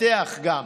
פותחו גם